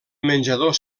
menjador